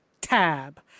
Tab